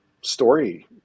story